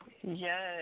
Yes